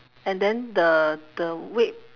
and then the the weight